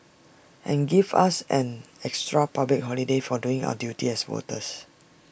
and give us an extra public holiday for doing our duty as voters